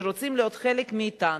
שרוצה להיות חלק מאתנו?